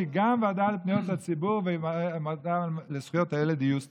שגם הוועדה לפניות הציבור והוועדה לזכויות הילד יהיו סטטוטוריות.